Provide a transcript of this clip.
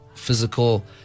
physical